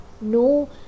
no